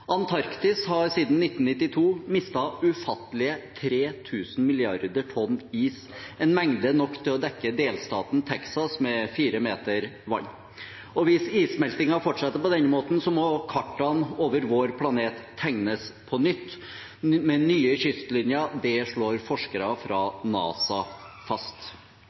Antarktis har siden 1992 mistet ufattelige 3 000 milliarder tonn is, en mengde nok til å dekke delstaten Texas med 4 meter vann. Hvis issmeltingen fortsetter på denne måten, må kartene over vår planet tegnes på nytt, med nye kystlinjer. Det slår forskere fra NASA fast.